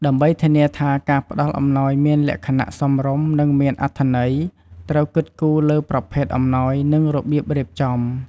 ដើម្បីធានាថាការផ្តល់អំណោយមានលក្ខណៈសមរម្យ និងមានអត្ថន័យ ត្រូវគិតគូរលើប្រភេទអំណោយ និងរបៀបរៀបចំ។